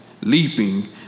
leaping